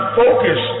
focus